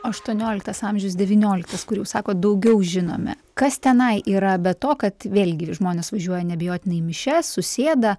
aštuonioliktas amžius devynioliktas kur jau sakot daugiau žinome kas tenai yra be to kad vėlgi žmonės važiuoja neabejotinai į mišias susėda